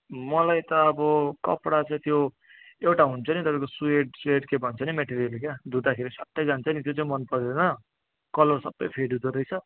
मलाई त अब कपडा चाहिँ त्यो एउटा हुन्छ नि तपाईँको सुएट सुएट के भन्छ नि म्याटेरियल क्या धुँदाखेरि स्वाट्टै जान्छ नि त्यो चाहिँ मन पर्दैन कलर सबै फेड हुँदोरहेछ